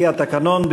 על-פי התקנון,